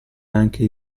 anche